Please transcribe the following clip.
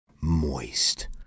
moist